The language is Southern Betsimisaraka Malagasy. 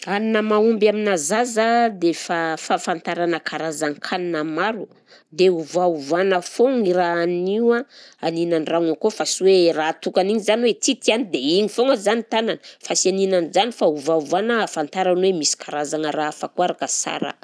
Hanina mahomby aminà zaza dia fa- fahafantarana karazan-kanina maro dia ovaovana foagna i raha haniny io a, aninan-dragno akao fa sy hoe raha tokana igny zany hoe ity tiany dia igny foagna zany tanana fa sy aninan'jany fa ovaovana ahafantarany hoe misy karazagna raha hafa koa ary ka sara.